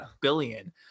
billion